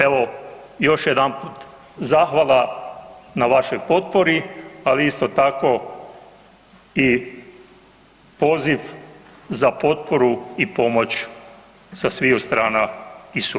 Evo još jedanput zahvala na vašoj potpori, ali isto tako i poziv za potporu i pomoć sa sviju strana i sutra.